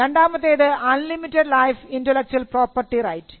രണ്ടാമത്തെത് unlimited life intellectual property right